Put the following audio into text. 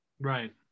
Right